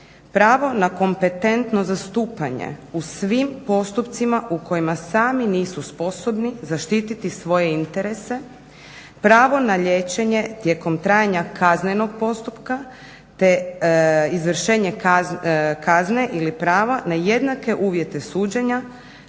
Pravo na kompetentno zastupanje u svim postupcima u kojima sami nisu sposobni zaštiti svoje interese, pravo na liječenje tijekom trajanja kaznenog postupka te izvršenje kazne ili prava na jednake uvjete suđenja